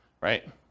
right